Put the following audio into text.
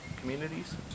communities